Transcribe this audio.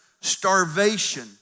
starvation